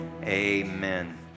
Amen